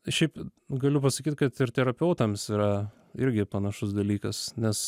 šiaip galiu pasakyt kad ir terapeutams yra irgi panašus dalykas nes